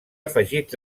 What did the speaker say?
afegits